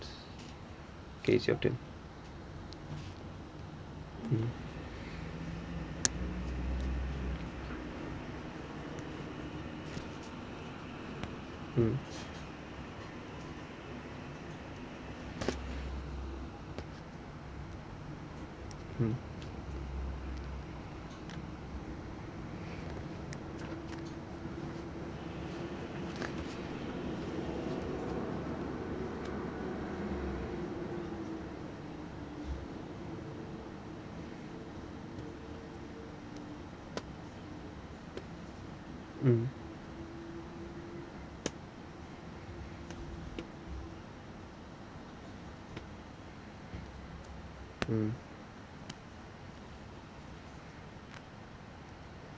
K it's your turn mm mm mm mm mm